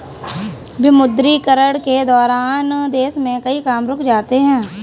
विमुद्रीकरण के दौरान देश में कई काम रुक से जाते हैं